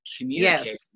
communicate